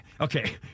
okay